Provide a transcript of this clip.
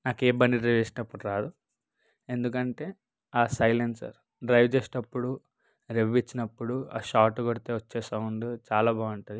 నాకు ఏ బండి డ్రైవ్ చేసేటప్పుడు రాదు ఎందుకంటే ఆ సైలెన్సర్ డ్రైవ్ చేసేటప్పుడు రేవ్ ఇచ్చినపుడు ఆ షార్ట్ కొడితే వచ్చే సౌండ్ చాలా బాగుంటుంది